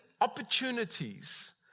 opportunities